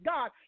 God